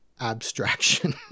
abstraction